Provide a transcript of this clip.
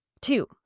two